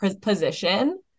position